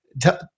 tell